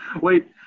Wait